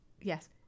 Yes